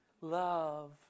Love